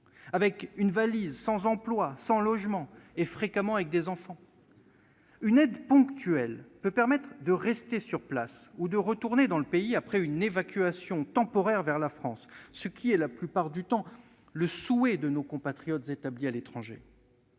avec une valise, sans emploi, sans logement, et fréquemment avec des enfants. Une aide ponctuelle permet de rester sur place ou de retourner dans le pays après une évacuation temporaire vers la France, ce qui est la plupart du temps le souhait de nos compatriotes établis à l'étranger.